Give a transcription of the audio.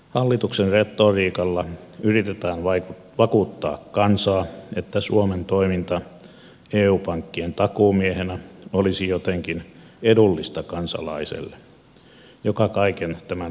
hallituksen retoriikalla yritetään vakuuttaa kansaa että suomen toiminta eu pankkien takuumiehenä olisi jotenkin edullista kansalaiselle joka kaiken tämän lystin maksaa